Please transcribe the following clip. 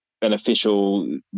beneficial